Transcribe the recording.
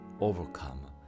overcome